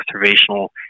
observational